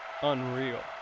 Unreal